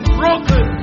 broken